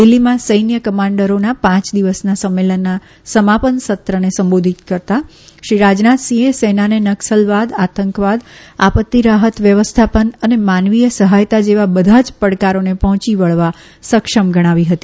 દિલ્હીમાં સૈન્ય કમાન્ડરોના પાંચ દિવસના સંમેલનના સમાપત સત્રને સંબોધિત કરવા શ્રી રાજનાથસિંહે સેનાને નકસલવાદ આતંકવાદ આપત્તી રાહત વ્યવસ્થાપન અને માનવીય સહાયતા જેવા બધા જ પડકારોને પર્હોંચી વળવા સક્ષમ ગણાવી હતી